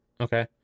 Okay